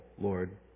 Lord